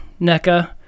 NECA